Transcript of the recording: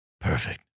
Perfect